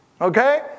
Okay